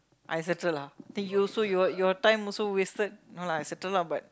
I settle lah think you also your time also wasted no lah I settle lah but